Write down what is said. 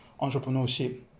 entrepreneurship